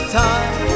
time